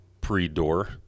pre-Door